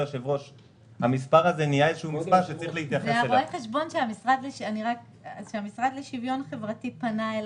זה רואה חשבון שהמשרד לשוויון חברתי פנה אליו,